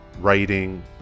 writing